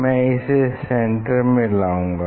मैं इसे सेन्टर में लाऊंगा